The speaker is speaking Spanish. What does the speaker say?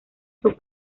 sus